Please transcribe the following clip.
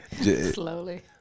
Slowly